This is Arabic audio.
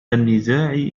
النزاع